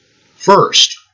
First